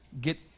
get